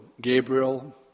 Gabriel